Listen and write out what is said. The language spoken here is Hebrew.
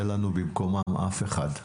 אין לנו במקומם אף אחד.